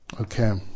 Okay